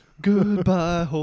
Goodbye